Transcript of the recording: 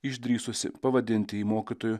išdrįsusį pavadinti jį mokytoju